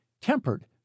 tempered